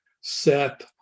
set